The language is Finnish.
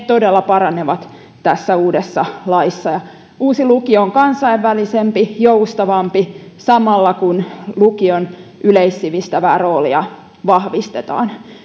todella paranee tässä uudessa laissa uusi lukio on kansainvälisempi ja joustavampi samalla kun lukion yleissivistävää roolia vahvistetaan